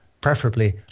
preferably